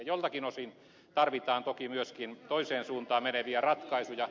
joiltakin osin tarvitaan toki myöskin toiseen suuntaan meneviä ratkaisuja